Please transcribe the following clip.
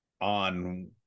on